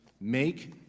make